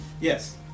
Yes